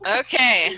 okay